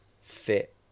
fit